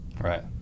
Right